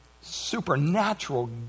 supernatural